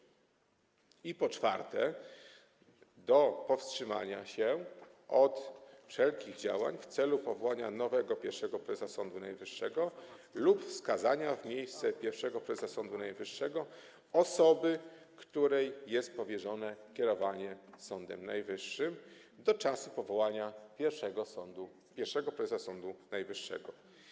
Po czwarte, do powstrzymania się od wszelkich działań w celu powołania nowego pierwszego prezesa Sądu Najwyższego lub wskazania w miejsce pierwszego prezesa Sądu Najwyższego osoby, której jest powierzone kierowanie Sądem Najwyższym do czasu powołania pierwszego prezesa Sądu Najwyższego.